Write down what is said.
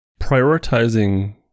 Prioritizing